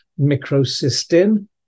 microcystin